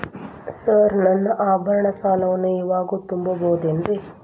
Sir ನನ್ನ ಆಭರಣ ಸಾಲವನ್ನು ಇವಾಗು ತುಂಬ ಬಹುದೇನ್ರಿ?